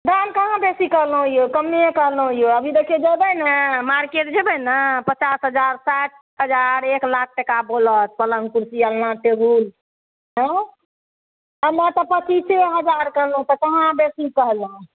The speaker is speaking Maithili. दाम कहाँ बेसी कहलहुँ यौ कम्मे कहलहुँ यौ अभी देखियौ जेबय ने मार्केट जेबय ने पचास हजार साठि हजार एक लाख टाका बोलत पलङ्ग कुर्सी अलना टेबल आँइ अलना तऽ पचीसे हजार कहलहुँ तऽ कहाँ बेसी कहलहुँ